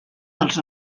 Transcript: dels